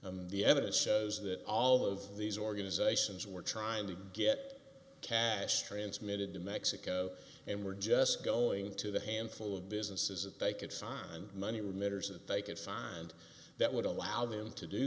the evidence shows that all of these organizations were trying to get cash transmitted to mexico and were just going to the handful of businesses that they could find money with measures that they could find that would allow them to do